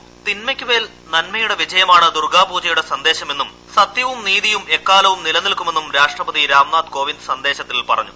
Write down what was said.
തിന്മയ്ക്കുമേൽ നന്മയുടെ വിജയമാണ്ദുർഗ്ഗാ പൂജയുടെ സന്ദേശമെന്നും സത്യവും നീതിയും എക്കാലവും നിലനിൽക്കുമെന്നും രാഷ്ട്രപതി രാംനാഥ്കോവിന്ദ് സന്ദേശത്തിൽ പറഞ്ഞു